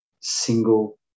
single